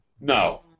No